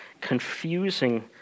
confusing